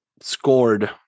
scored